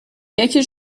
یکی